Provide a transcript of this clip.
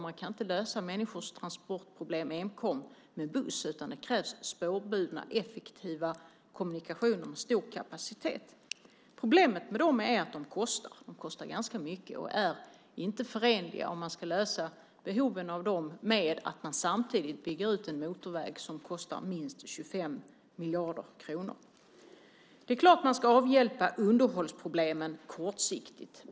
Man kan inte lösa människors transportproblem enkom med buss, utan det krävs spårbundna, effektiva kommunikationer med stor kapacitet. Problemet med det är att det kostar. Det kostar ganska mycket. Om man ska möta de behoven är det inte förenligt med att samtidigt bygga ut en motorväg som kostar minst 25 miljarder kronor. Det är klart att man ska avhjälpa underhållsproblemen kortsiktigt.